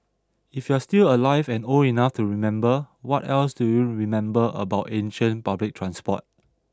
if you're still alive and old enough to remember what else do you remember about ancient public transport